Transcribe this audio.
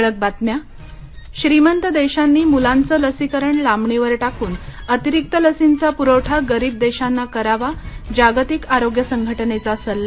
ठळक बातम्या श्रीमंत देशांनी मुलांचं लसीकरण लांबणीवर टाकून अतिरिक्त लसींचा पुरवठा गरीब देशांना करावा जागतिक आरोग्य संघटनेचा सल्ला